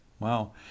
wow